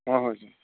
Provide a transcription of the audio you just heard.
ꯍꯣꯏ ꯍꯣꯏ ꯁꯥꯔ